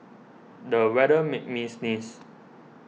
the weather made me sneeze